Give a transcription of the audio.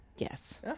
Yes